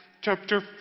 chapter